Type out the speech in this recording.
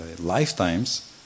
lifetimes